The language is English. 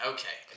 Okay